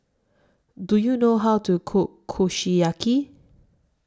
Do YOU know How to Cook Kushiyaki